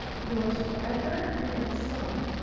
yours forever, and then some.